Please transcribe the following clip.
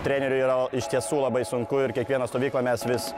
treneriui yra iš tiesų labai sunku ir kiekvieną stovyklą mes vis